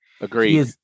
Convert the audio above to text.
Agreed